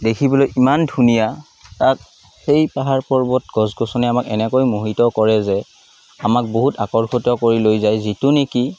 দেখিবলৈ ইমান ধুনীয়া তাক সেই পাহাৰ পৰ্বত গছ গছনি আমাক এনেকৈ মোহিত কৰে যে আমাক বহুত আকৰ্ষিত কৰি লৈ যায় যিটো নেকি